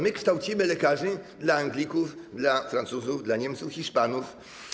My kształcimy lekarzy dla Anglików, dla Francuzów, dla Niemców, Hiszpanów.